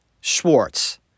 Schwartz